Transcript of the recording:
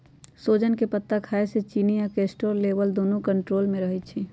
सोजन के पत्ता खाए से चिन्नी आ कोलेस्ट्रोल लेवल दुन्नो कन्ट्रोल मे रहई छई